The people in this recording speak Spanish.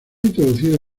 introducido